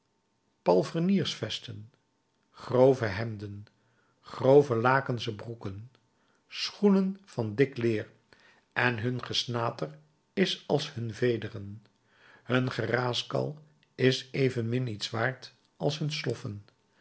palfreniersvesten grove hemden grove lakensche broeken schoenen van dik leder en hun gesnater is als hun vederen hun geraaskal is evenmin iets waard als hun sloffen